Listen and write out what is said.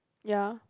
ya